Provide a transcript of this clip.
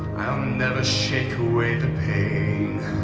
never shake away the pain